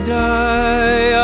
die